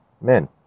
men